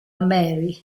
mary